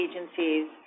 agencies